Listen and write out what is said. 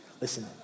Listen